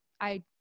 I-